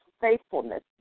faithfulness